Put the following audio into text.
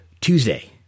tuesday